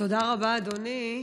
תודה רבה, אדוני.